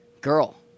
girl